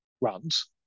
runs